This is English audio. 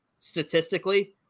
statistically